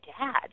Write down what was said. dad